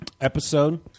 episode